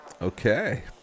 okay